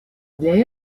для